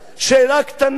שאלה קטנה: